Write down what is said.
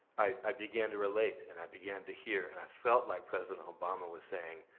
i began to relate. and i began to hear. and i felt like president obama was saying,